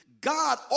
God